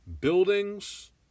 buildings